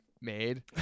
made